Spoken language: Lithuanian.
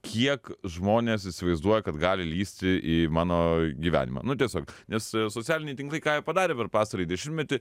kiek žmonės įsivaizduoja kad gali lįsti į mano gyvenimą nu tiesiog nes socialiniai tinklai ką jie padarė per pastarąjį dešimtmetį